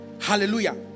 hallelujah